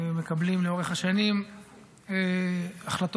כבוד השר, חברי